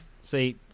see